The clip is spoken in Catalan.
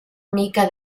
mica